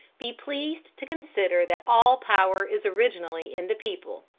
be pleased to consider that all power is originally in the people.